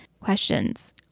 Questions